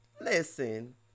Listen